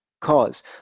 cause